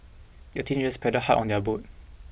the teenagers paddled hard on their boat